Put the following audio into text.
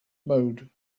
mode